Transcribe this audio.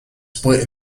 split